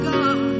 God